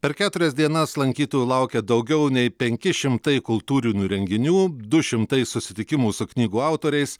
per keturias dienas lankytojų laukia daugiau nei penki šimtai kultūrinių renginių du šimtai susitikimų su knygų autoriais